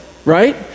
Right